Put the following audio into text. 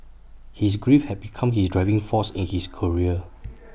his grief had become his driving force in his career